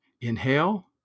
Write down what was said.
inhale